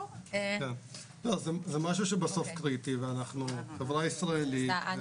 לא, זה משהו שהוא בסוף קריטי ואנחנו חברה ישראלית.